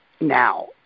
now